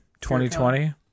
2020